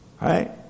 Right